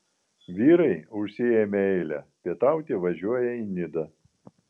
vyrai užsiėmę eilę pietauti važiuoja į nidą